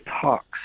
talks